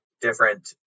different